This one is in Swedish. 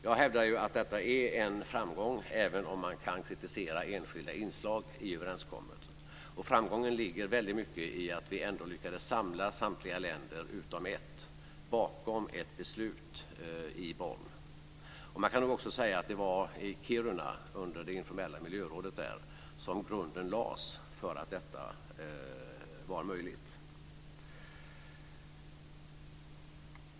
Jag hävdar att detta är en framgång även om man kan kritisera enskilda inslag i överenskommelsen. Framgången ligger väldigt mycket i att vi ändå lyckades samla samtliga länder utom ett bakom ett beslut i Bonn. Man kan nog också säga att det var i Kiruna, under det informella miljörådet där, som grunden lades för att detta var möjligt.